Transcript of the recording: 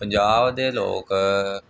ਪੰਜਾਬ ਦੇ ਲੋਕ